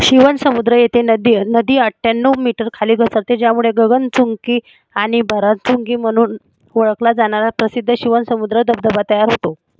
शिवणसमुद्र येथे नदी नदी अठ्ठ्याण्णव मीटर खाली घसरते ज्यामुळे गगन चुंकी आणि भारा चुंकी म्हणून ओळखला जाणारा प्रसिद्ध शिवणसमुद्र धबधबा तयार होतो